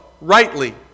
rightly